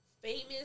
Famous